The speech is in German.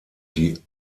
die